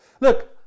Look